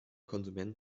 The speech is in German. konsument